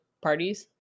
parties